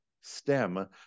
STEM